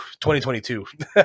2022